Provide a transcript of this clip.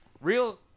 Real